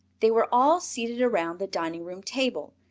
they were all seated around the dining-room table,